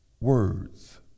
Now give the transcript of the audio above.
words